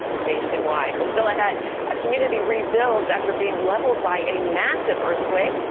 nationwide will still ahead a community rebuilds after being leveled by a massive earthquake,